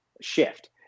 shift